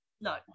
no